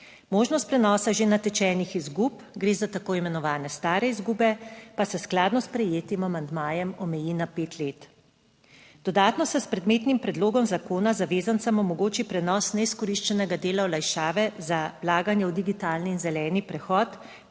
Možnost prenosa že natečenih izgub, gre za tako imenovane stare izgube, pa se skladno s sprejetim amandmajem omeji na pet let. **32. TRAK: (VP) 14.35** (nadaljevanje) Dodatno se s predmetnim predlogom zakona zavezancem omogoči prenos neizkoriščenega dela olajšave za vlaganje v digitalni in zeleni prehod